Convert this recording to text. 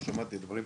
ומה שאמרת על פלסטר,